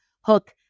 hook